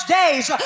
days